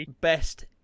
best